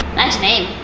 nice name.